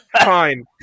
Fine